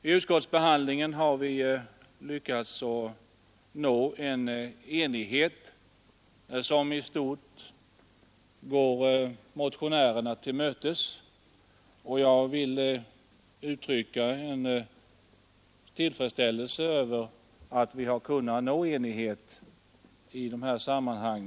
I utskottsbehandlingen har vi lyckats nå en enighet, som i stort går motionärerna till mötes, och jag vill uttrycka en tillfredsställelse över att vi kunnat nå enighet i dessa sammanhang.